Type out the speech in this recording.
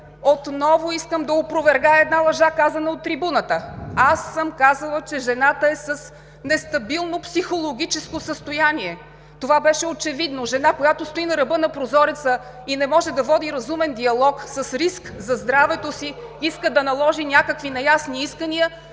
Отново искам да опровергая една лъжа, казана от трибуната! Аз съм казала, че жената е с нестабилно психологическо състояние. Това беше очевидно. Жена, която стои на ръба на прозореца и не може да води разумен диалог, с риск за здравето си иска да наложи някакви неясни искания,